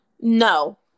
No